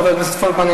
חבר הכנסת פולקמן,